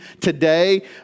today